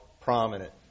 prominent